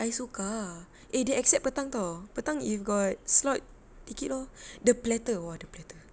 ai-suka eh they accept petang [tau] petang if got slot take it lor the platter !wah! the platter